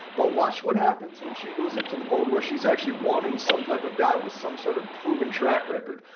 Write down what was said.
but watch what happens when she goes into the mode where she's actually wanting some type of guy with some sort of proven track record.